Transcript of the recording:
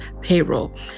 payroll